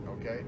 Okay